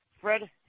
Fred